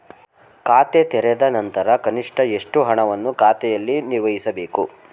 ಖಾತೆ ತೆರೆದ ನಂತರ ಕನಿಷ್ಠ ಎಷ್ಟು ಹಣವನ್ನು ಖಾತೆಯಲ್ಲಿ ನಿರ್ವಹಿಸಬೇಕು?